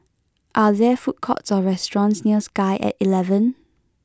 are there food courts or restaurants near Sky at eleven